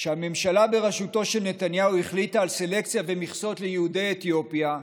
כשהממשלה בראשותו של נתניהו החליטה על סלקציה במכסות ליהודי אתיופיה,